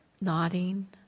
nodding